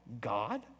God